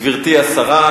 גברתי השרה,